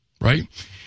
right